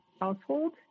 household